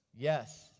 Yes